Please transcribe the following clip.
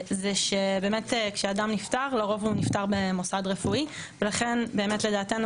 זה שבאמת כשאדם נפטר לרוב הוא נפטר במוסד רפואי ולכן באמת לדעתנו